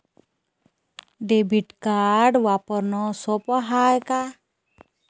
Debit card वापरणं सोप हाय का?